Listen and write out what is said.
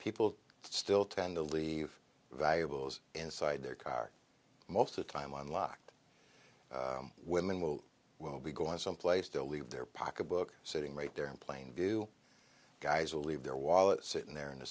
people still tend to leave valuables inside their car most of time on locked women who will be going someplace to leave their pocketbook sitting right there in plain view guys will leave their wallet sitting there in the